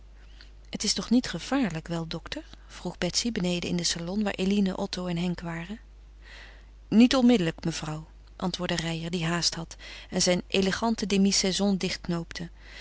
het is toch niet gevaarlijk wel dokter vroeg betsy beneden in den salon waar eline otto en henk waren niet onmiddellijk mevrouw antwoordde reijer die haast had en zijn eleganten